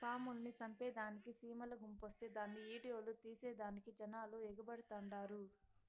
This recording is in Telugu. పాముల్ని సంపేదానికి సీమల గుంపొస్తే దాన్ని ఈడియో తీసేదానికి జనాలు ఎగబడతండారు